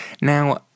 Now